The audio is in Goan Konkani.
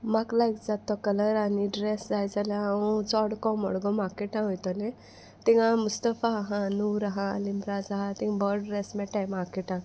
म्हाका लायक जात तो कलर आनी ड्रॅस जाय जाल्यार हांव चोडको मोडगो मार्केटां वोयतोलें थिंगां मुस्तफा आहा नूर आहा लिम्राज आहा थींग बरो ड्रॅस मेळटाय मार्केटां